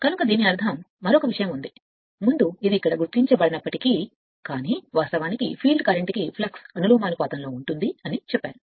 కనుక దీని అర్థం మరొక విషయం ఉంది ముందు ఇది ఇక్కడ గుర్తించబడనప్పటికీ కానీ వాస్తవానికి ఫీల్డ్ కరెంట్ కి ఫ్లక్స్ అనులోమానుపాతంలో ఉంటుంది అని చెప్పాను